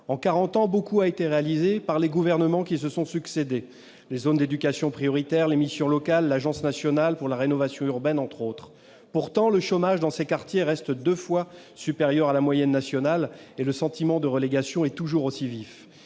ans, beaucoup a été réalisé par les gouvernements qui se sont succédé : zones d'éducation prioritaire, missions locales, Agence nationale pour la rénovation urbaine, entre autres. Pourtant, le chômage dans ces quartiers reste deux fois supérieur à la moyenne nationale et le sentiment de relégation est vif.